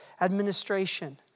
administration